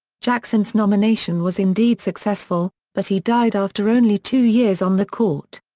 jackson's nomination was indeed successful, but he died after only two years on the court.